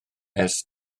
ers